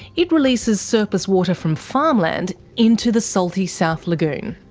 it releases surplus water from farmland into the salty south lagoon.